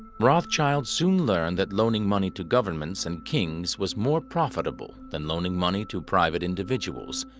rothschild soon learned that loaning money to governments and kings was more profitable than loaning money to private individuals.